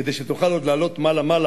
כדי שתוכל עוד לעלות מעלה-מעלה,